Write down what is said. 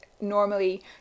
normally